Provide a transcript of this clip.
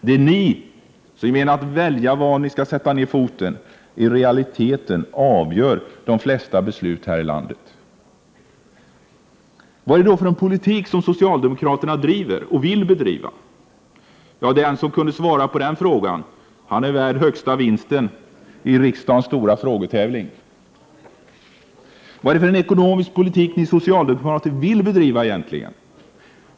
Det är ni som genom att välja var ni skall sätta ner foten i realiteten avgör de flesta beslut här i landet. Vad är det då för politik som socialdemokraterna driver och vill bedriva? Ja, den som kunde svara på den frågan är värd högsta vinsten i riksdagens stora frågetävling. Vad är det för ekonomisk politik ni socialdemokrater egentligen vill bedriva?